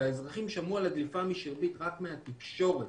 והאזרחים שמעו על הדליפה משירביט רק מהתקשורת